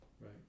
right